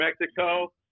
Mexico